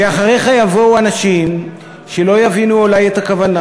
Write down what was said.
ואחריך יבואו אנשים שלא יבינו אולי את הכוונה